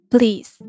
Please